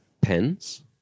pens